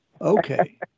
Okay